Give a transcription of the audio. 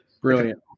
Brilliant